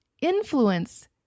influence